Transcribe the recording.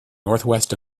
northwest